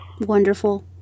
Wonderful